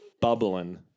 Bubbling